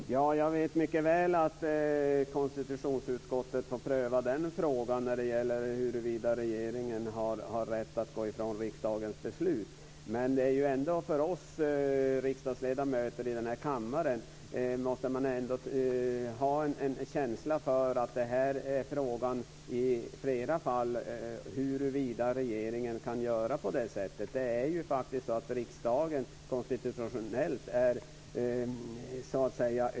Fru talman! Jag vet mycket väl att konstitutionsutskottet får pröva den frågan och huruvida regeringen har rätt att gå ifrån riksdagens beslut. Men vi riksdagsledamöter i kammaren måste ändå ha en känsla för om regeringen kan göra på det sättet. Riksdagen står faktiskt över regeringen konstitutionellt.